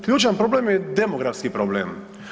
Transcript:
Ključan problem je demografski problem.